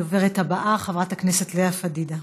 הדוברת הבאה, חברת הכנסת לאה פדידה.